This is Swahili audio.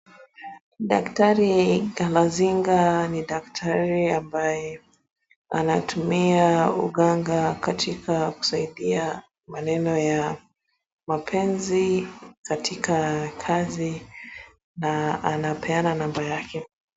Daktari Galazinga ni daktari ambaye anatumia uganga katika kusaidia maneno ya mapenzi, katika kazi na anapeana namba yake.